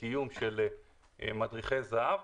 לקיום של מדריכי זה"ב,